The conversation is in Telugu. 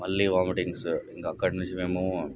మళ్ళీ వామితింగ్స్ ఇంక అక్కడ నుంచి మేము